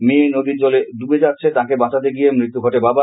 মেয়ে নদীর জলে ডুবে যাচ্ছে তাকে বাঁচাতে গিয়ে মৃত্যু ঘটে বাবার